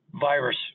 virus